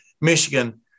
Michigan